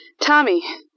Tommy